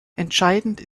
entscheidend